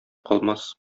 калмас